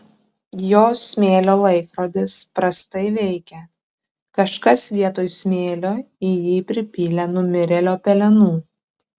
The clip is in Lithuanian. jos smėlio laikrodis prastai veikia kažkas vietoj smėlio į jį pripylė numirėlio pelenų